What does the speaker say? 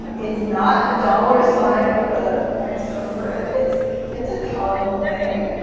it's not dollar sign with a x over it. it's it's a toggle thing.